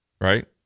Right